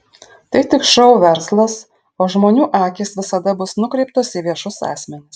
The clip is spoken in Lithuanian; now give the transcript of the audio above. tai tik šou verslas o žmonių akys visada bus nukreiptos į viešus asmenis